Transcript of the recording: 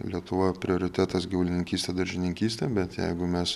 lietuvoj prioritetas gyvulininkystė daržininkystė bet jeigu mes